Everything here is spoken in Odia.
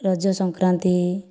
ରଜ ସଂକ୍ରାନ୍ତି